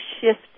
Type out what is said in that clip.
shift